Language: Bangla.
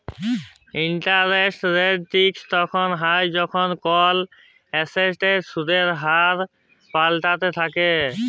ইলটারেস্ট রেট রিস্ক তখল হ্যয় যখল কল এসেটের সুদের হার পাল্টাইতে থ্যাকে